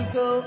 go